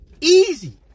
Easy